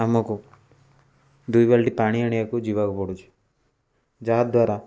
ଆମକୁ ଦୁଇ ବାଲ୍ଟି ପାଣି ଆଣିବାକୁ ଯିବାକୁ ପଡ଼ୁଛି ଯାହାଦ୍ୱାରା